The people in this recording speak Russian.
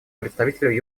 представителю